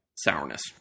sourness